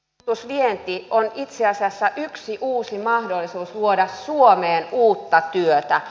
koulutusvienti on itse asiassa yksi uusi mahdollisuus luoda suomeen uutta työtä